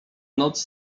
noc